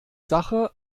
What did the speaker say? sache